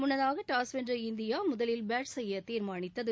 முன்னதாக டாஸ் வென்ற இற்தியா முதலில் பேட் செய்ய தீர்மானித்தது